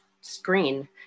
screen